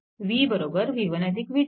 v बरोबर v1 v2